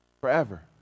forever